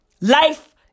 Life